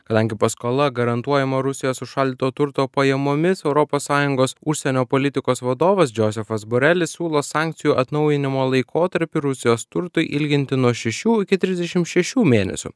kadangi paskola garantuojama rusijos užšaldyto turto pajamomis europos sąjungos užsienio politikos vadovas džozefas borelis siūlo sankcijų atnaujinimo laikotarpiu rusijos turtui ilginti nuo šešių iki trisdešim šešių mėnesių